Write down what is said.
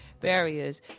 barriers